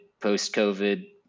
post-COVID